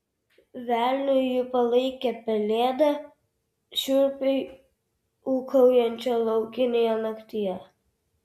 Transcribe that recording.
velniu ji palaikė pelėdą šiurpiai ūkaujančią laukinėje naktyje